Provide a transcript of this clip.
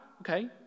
okay